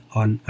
on